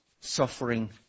suffering